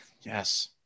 Yes